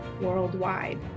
worldwide